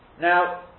Now